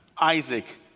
Isaac